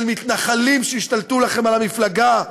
של מתנחלים שהשתלטו לכם על המפלגה,